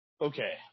okay